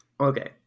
Okay